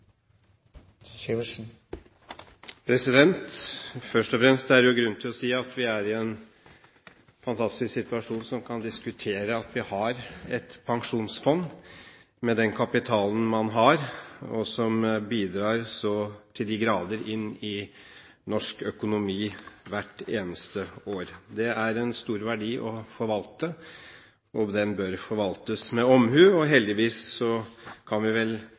bli. Først og fremst er det jo grunn til å si at vi er i en fantastisk situasjon som kan diskutere at vi har et pensjonsfond, med den kapitalen man har, og som bidrar så til de grader inn i norsk økonomi hvert eneste år. Det er en stor verdi å forvalte, og den bør forvaltes med omhu. Heldigvis kan vi vel